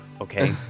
Okay